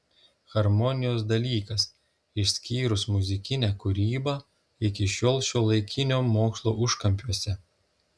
harmonijos dalykas išskyrus muzikinę kūrybą iki šiol šiuolaikinio mokslo užkampiuose